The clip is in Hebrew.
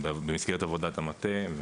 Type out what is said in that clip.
במסגרת עבודת המטה,